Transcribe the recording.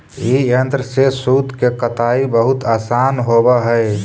ई यन्त्र से सूत के कताई बहुत आसान होवऽ हई